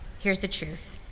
here's the truth.